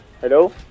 Hello